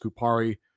Kupari